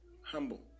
humble